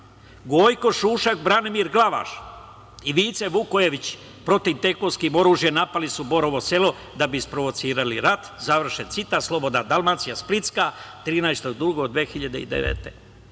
Gojko Šušak, Branimir Glavaš i Vice Vukojević, protivtenkovskim oružjem napali su Borovo Selo da bi isprovocirali rat" - "Slobodna Dalmacija" splitska, 13. 02. 2009.